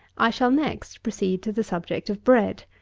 i shall, next, proceed to the subject of bread.